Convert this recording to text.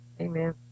Amen